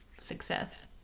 success